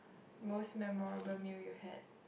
most memorable meal you had